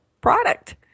product